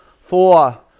Four